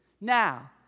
Now